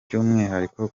by’umwihariko